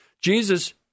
Jesus—